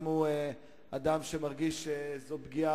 גם הוא אדם שמרגיש שזו הולכת להיות פגיעה